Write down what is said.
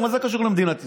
מה זה קשור למדינת ישראל?